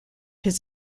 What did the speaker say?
his